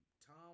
Tom